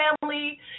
family